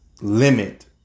limit